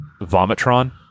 Vomitron